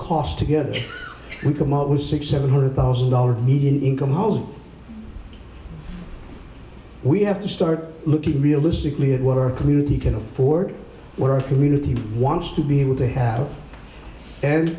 cost together we come out with six seven hundred thousand dollars median income hose we have to start looking realistically at what our community can afford where our community wants to be what they have and